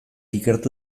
ikertu